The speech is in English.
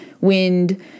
wind